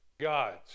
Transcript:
God's